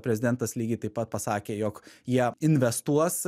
prezidentas lygiai taip pat pasakė jog jie investuos